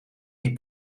die